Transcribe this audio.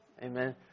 Amen